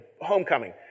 homecoming